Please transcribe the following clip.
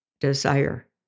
desire